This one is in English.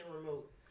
remote